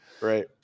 right